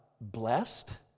blessed